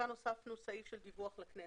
כאן הוספנו סעיף של דיווח לכנסת.